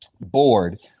bored